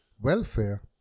welfare